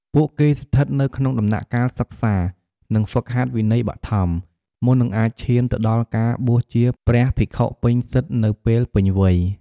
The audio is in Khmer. ពួកគេស្ថិតនៅក្នុងដំណាក់កាលសិក្សា និងហ្វឹកហាត់វិន័យបឋម មុននឹងអាចឈានទៅដល់ការបួសជាព្រះភិក្ខុពេញសិទ្ធិនៅពេលពេញវ័យ។